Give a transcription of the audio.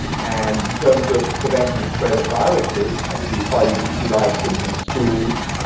and in terms of preventing the spread of viruses, i see far-uvc lights in in schools,